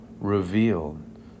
revealed